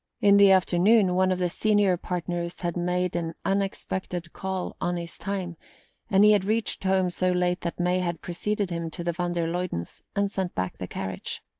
in the afternoon one of the senior partners had made an unexpected call on his time and he had reached home so late that may had preceded him to the van der luydens', and sent back the carriage.